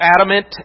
adamant